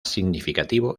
significativo